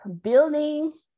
building